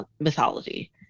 mythology